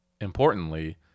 importantly